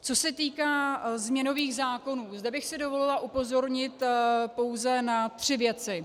Co se týká změnových zákonů, zde bych si dovolila upozornit pouze na tři věci.